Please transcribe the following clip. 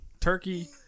turkey